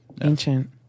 ancient